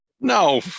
No